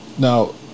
Now